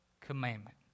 commandment